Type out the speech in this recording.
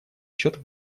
счет